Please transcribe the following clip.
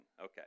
Okay